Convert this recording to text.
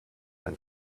than